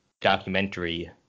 documentary